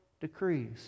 decrees